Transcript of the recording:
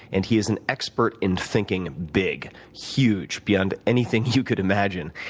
and he is an expert in thinking big, huge, beyond anything you could imagine.